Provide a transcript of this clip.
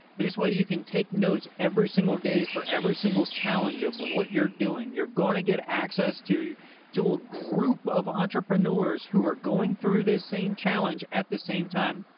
this way, you can take notes every single day for every single challenge of what you're doing. you're going to get access to to a group of entrepreneurs who are going through this same challenge. at the same time,